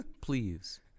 Please